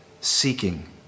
seeking